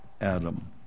Adam